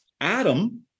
Adam